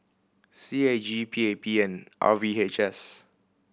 C A G P A P and R V H S